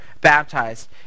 baptized